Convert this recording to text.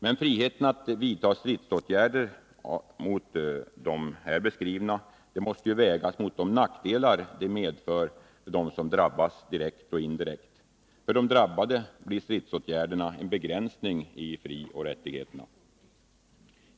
Men friheten att vidta stridsåtgärder som de beskrivna måste vägas mot de nackdelar de medför för dem de drabbar direkt och indirekt. För de drabbade innebär stridsåtgärderna en begränsning av frioch rättigheterna.